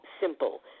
simple